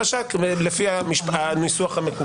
מתייחס לחזקה או חלשה לפי הניסוח המקובל.